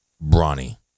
Brawny